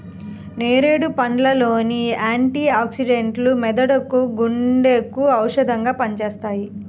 నేరేడు పండ్ల లోని యాంటీ ఆక్సిడెంట్లు మెదడుకు, గుండెకు ఔషధంగా పనిచేస్తాయి